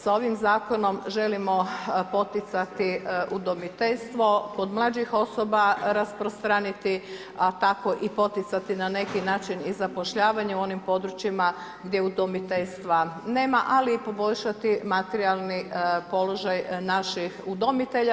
S ovim zakonom želimo poticati udomiteljstvo kod mlađih osoba rasprostraniti, a tako i poticati na neki način i zapošljavanje u onim područjima gdje udomiteljstva nema, ali i poboljšati materijalni položaj naših udomitelja.